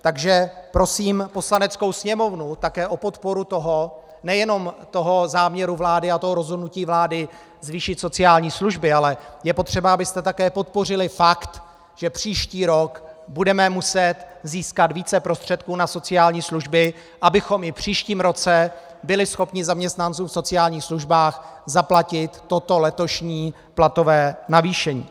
Takže prosím Poslaneckou sněmovnu také o podporu nejenom toho záměru vlády a rozhodnutí vlády zvýšit sociální služby, ale je potřeba, abyste také podpořili fakt, že příští rok budeme muset získat více prostředků na sociální služby, abychom i v příštím roce byli schopni zaměstnancům v sociálních službách zaplatit toto letošní platové navýšení.